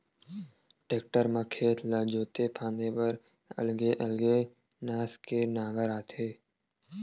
tractor म खेत ला जोते फांदे बर अलगे अलगे नास के नांगर आथे